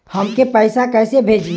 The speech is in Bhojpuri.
हमके पैसा कइसे भेजी?